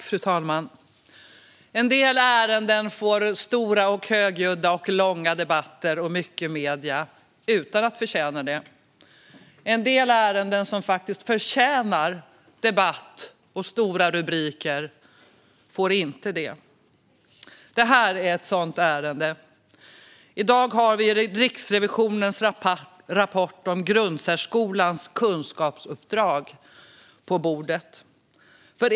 Fru talman! En del ärenden får stora, högljudda, långa debatter och mycket medieutrymme utan att förtjäna det, medan en del ärenden som faktiskt förtjänar debatt och stora rubriker inte får det. Det här är ett sådant ärende. I dag har vi Riksrevisionens rapport om grundsärskolans kunskapsuppdrag på bordet.